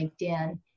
LinkedIn